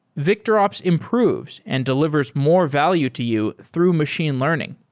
victorops improves and delivers more value to you through machine learning.